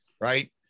right